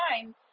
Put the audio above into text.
time